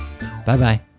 Bye-bye